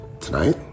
tonight